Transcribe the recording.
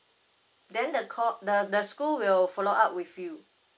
then the scho~ the the school will follow up with you